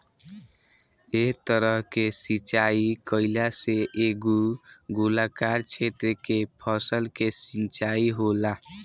एह तरह के सिचाई कईला से एगो गोलाकार क्षेत्र के फसल के सिंचाई होला